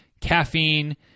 caffeine